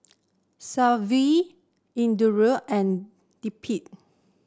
Sanjeev Indira and Dilip